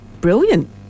Brilliant